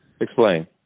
Explain